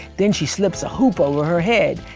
then she slips a hoop over her head.